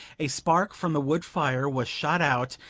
a spark from the wood-fire was shot out,